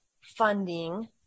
funding